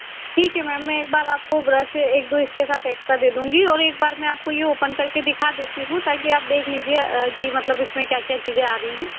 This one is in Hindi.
ठीक है मैम मैं एक बार आपको ब्रश एक दो इसके साथ एक्सट्रा दे दूँगी और एक बार मैं आपको ये ओपन करके दिखा देती हूँ ताकि आप देख लीजिए की मतलब इस में क्या क्या चीज़ें आ रही हैं